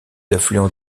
affluents